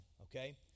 Okay